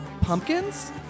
Pumpkins